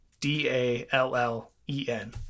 d-a-l-l-e-n